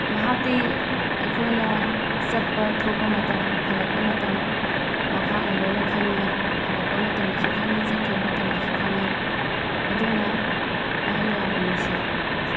ꯃꯍꯥꯛꯇꯤ ꯑꯩꯈꯣꯏꯅ ꯆꯠꯄ ꯊꯣꯛꯄ ꯃꯇꯝ ꯍꯂꯛꯄ ꯃꯇꯝ ꯃꯍꯥꯛꯅ ꯂꯣꯏꯅ ꯈꯪꯉꯤ ꯍꯂꯛꯄ ꯃꯇꯝꯗꯁꯨ ꯈꯪꯉꯤ ꯆꯠꯈꯤꯕ ꯃꯇꯝꯗꯁꯨ ꯈꯪꯉꯤ ꯑꯗꯨꯅ ꯑꯩꯅ ꯌꯥꯝꯅ ꯅꯨꯡꯁꯤ